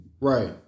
Right